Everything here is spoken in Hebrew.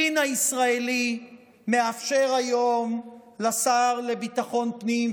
הדין הישראלי מאפשר היום לשר לביטחון פנים,